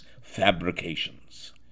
fabrications